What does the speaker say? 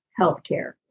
healthcare